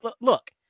look